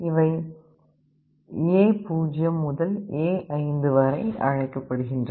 இவை A0 முதல் A5 என அழைக்கப்படுகின்றன